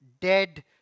dead